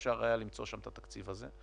אפשר היה למצוא שם את התקציב הזה;